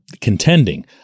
contending